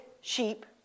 sheep